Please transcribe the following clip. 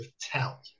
tell